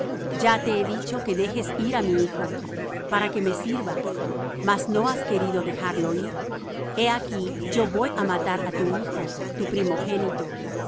ya te he dicho que dejes ir á mi hijo para que me sirva mas no has querido dejarlo ir he aquí yo voy á matar á tu hijo tu primogénito